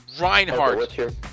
Reinhardt